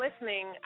listening